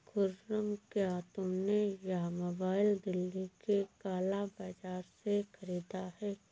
खुर्रम, क्या तुमने यह मोबाइल दिल्ली के काला बाजार से खरीदा है?